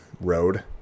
road